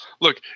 look